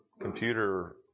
computer